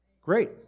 great